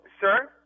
Sir